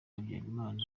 habyarimana